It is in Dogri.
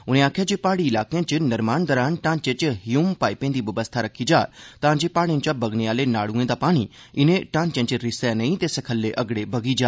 उनें आक्खेआ जे पहाड़ी इलाकें च निर्माण दरान ढांचे च हयूम पाइपें दी बवस्था रखी जा तां जे पहाड़ेंच ा बगने आले नाडुएं दा पानी इनें ढांचे च रिस्सै नेई ते सखल्ले अगड़े बगी जा